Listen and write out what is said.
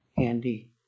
Handy